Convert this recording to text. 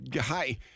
Hi